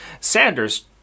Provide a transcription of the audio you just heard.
Sanders